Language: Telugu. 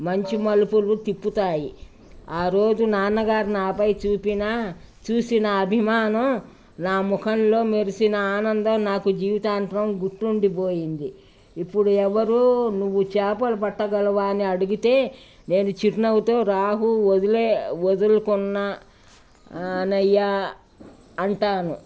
మంచి మలుపులు తిప్పుతాయి ఆరోజు నాన్నగారు నాపై చూపిన చూసిన అభిమానం నా ముఖంలో మెరిసిన ఆనందం నాకు జీవితాంతరం గుర్తుండిపోయింది ఇప్పుడు ఎవరూ నువ్వు చేపలు పట్టగలవా అని అడిగితే నేను చిరు నవ్వుతో రాహు వదిలే వదులుకున్నానయ్య అంటాను